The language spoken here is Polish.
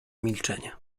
milczenie